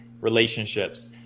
relationships